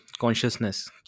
consciousness